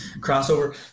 crossover